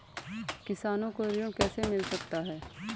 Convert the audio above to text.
किसानों को ऋण कैसे मिल सकता है?